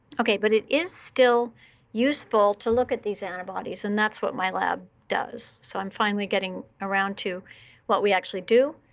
but it is still useful to look at these antibodies. and that's what my lab does. so i'm finally getting around to what we actually do.